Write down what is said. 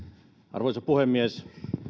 arvoisa puhemies